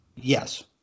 Yes